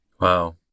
Wow